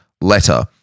letter